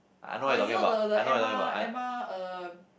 er you know the the Emma Emma uh